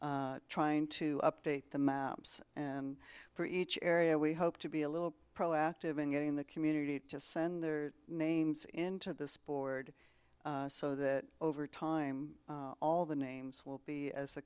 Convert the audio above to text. trying to update the maps and for each area we hope to be a little proactive in getting the community to send their names into this board so that over time all the names will be as